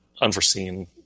unforeseen